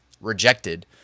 rejected